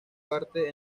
parte